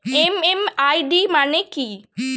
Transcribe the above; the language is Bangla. এম.এম.আই.ডি মানে কি?